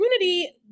community